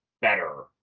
better